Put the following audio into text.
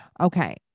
Okay